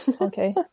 okay